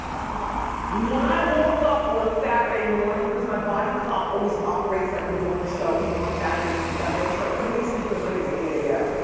ah when i woke up on saturday morning, cause my body clock always operates like i'm doing the show, even on saturdays and sundays. like, for me, sleeping late is eight a m.